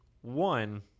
One